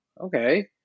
okay